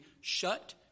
shut